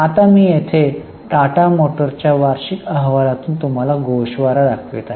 आता मी येथे टाटा मोटर्सच्या वार्षिक अहवालातून तुम्हाला गोषवारा दाखवित आहे